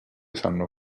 sanno